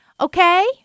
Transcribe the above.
Okay